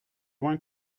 loin